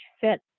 fit